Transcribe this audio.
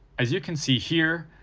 as you can see here,